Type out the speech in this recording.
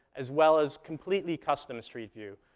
as well as completely custom street view,